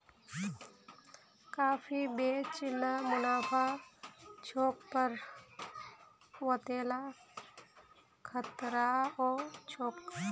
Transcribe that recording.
काफी बेच ल मुनाफा छोक पर वतेला खतराओ छोक